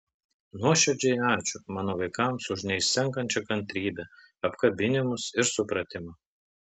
nuoširdžiai ačiū mano vaikams už neišsenkančią kantrybę apkabinimus ir supratimą